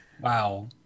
Wow